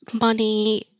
money